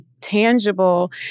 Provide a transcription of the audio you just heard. tangible